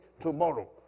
tomorrow